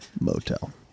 motel